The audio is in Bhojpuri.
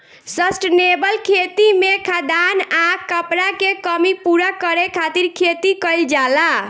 सस्टेनेबल खेती में खाद्यान आ कपड़ा के कमी पूरा करे खातिर खेती कईल जाला